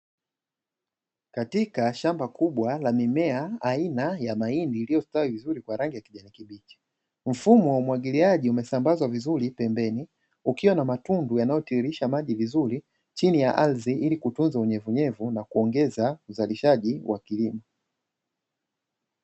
Katika shamba kubwa la mimea aina ya mahindi iliyostawi vizuri kwa rangi ya kijani kibichi. Mfumo wa umwagiliaji umesambazwa vizuri pembeni ukiwa na matundu yanayotiririsha maji vizuri chini ya ardhi ili kutunza unyevunyevu na kuongeza uzalishaji wa kilimo.